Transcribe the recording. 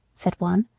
said one.